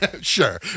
Sure